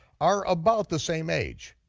are about the same age.